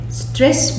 stress